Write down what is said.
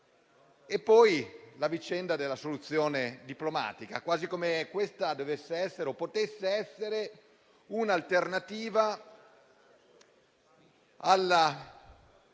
poi la vicenda della soluzione diplomatica, quasi come questa dovesse o potesse essere un'alternativa all'aiuto